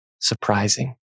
surprising